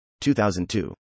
2002